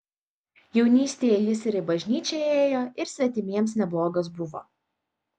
jaunystėje jis ir į bažnyčią ėjo ir svetimiems neblogas buvo